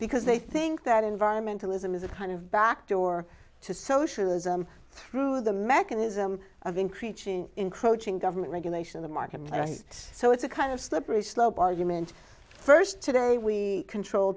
because they think that environmentalism is a kind of back door to socialism through the mechanism of increasing encroaching government regulation the market and i think so it's a kind of slippery slope argument first today we control